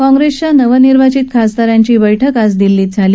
काँग्रेसच्या नवनिर्वाचित खासदारांची बैठक आज दिल्लीत झाली